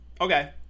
Okay